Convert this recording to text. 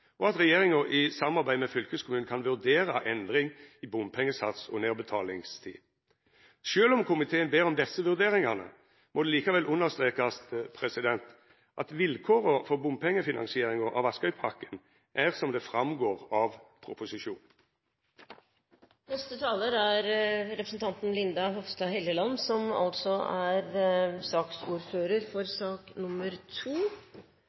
og at regjeringa i samarbeid med fylkeskommunen kan vurdera endring i bompengesats og nedbetalingstid. Sjølv om komiteen ber om desse vurderingane, må det likevel understrekast at vilkåra for bompengefinansieringa av Askøypakken er som det framgår av proposisjonen. Det er